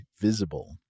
Visible